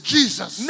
Jesus